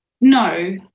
No